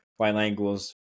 bilinguals